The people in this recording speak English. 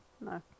No